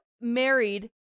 married